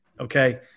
Okay